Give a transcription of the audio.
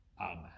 Amen